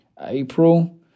April